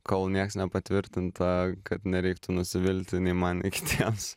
kol nieks nepatvirtinta kad nereiktų nusivilti nei man nei kitiems